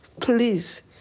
please